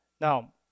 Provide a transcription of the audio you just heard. Now